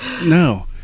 no